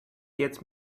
gets